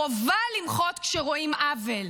חובה למחות כשרואים עוול.